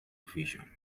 vision